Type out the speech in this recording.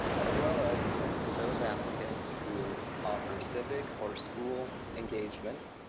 as well as those applicants who offer civic or school engagement.